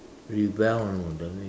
rebel you know that means